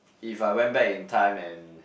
if I went back in time and